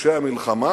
כפושע מלחמה.